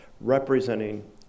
representing